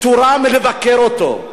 פטורה מלבקר אותו,